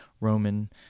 Roman